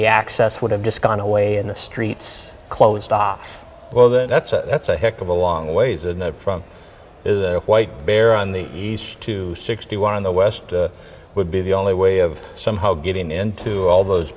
the access would have just gone away and the streets closed off well that's a that's a heck of a long way the from the white bear on the east to sixty one on the west would be the only way of somehow getting into all those